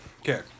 Okay